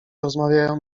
rozmawiają